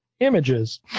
Images